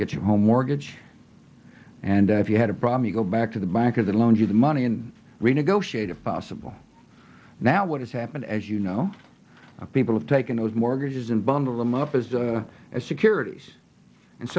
get your home mortgage and if you had a problem you go back to the bank or the loan you the money and renegotiate a possible now what has happened as you know people have taken those mortgages and bundle them up as as securities and